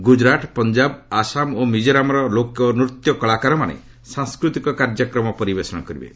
ଗୁଜୁରାଟ ପଞ୍ଜାବ ଆସାମ ଓ ମିଜୋରାମ୍ର ଲୌକ୍ୟ ନୂତ୍ୟ କଳାକାରମାନେ ସାଂସ୍କୃତିକ କାର୍ଯ୍ୟକ୍ରମ ପରିବେଶଣ କରିବେ